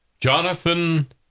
Jonathan